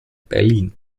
berlin